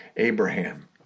abraham